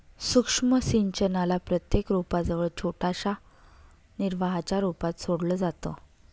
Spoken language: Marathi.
सूक्ष्म सिंचनाला प्रत्येक रोपा जवळ छोट्याशा निर्वाहाच्या रूपात सोडलं जातं